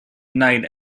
night